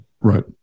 Right